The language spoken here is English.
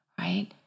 right